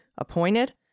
appointed